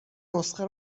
نسخه